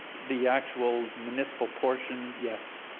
the actual municipal portion, yes.